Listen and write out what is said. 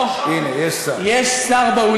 הנה, יש שר.